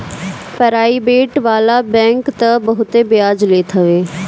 private वाला bank तअ बहुते बियाज लेत हवे